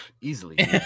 Easily